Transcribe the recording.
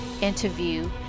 interview